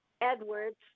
Edwards